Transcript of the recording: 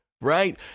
right